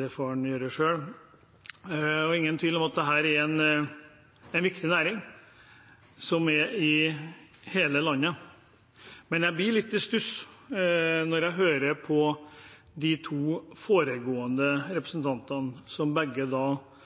det får han gjøre selv. Det er ingen tvil om at dette er en viktig næring, som finnes i hele landet. Jeg blir litt i stuss når jeg hører de to foregående representantene, som begge satt i næringskomiteen også i forrige periode. Da